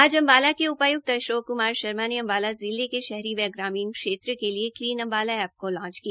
आज अम्बाला के उपाय्क्त अशोक कुमार शर्मा ने अम्बाला जिले के शहरी व ग्रामीण क्षेत्र के लिए क्लीन अम्बाला ऐप को लॉच किया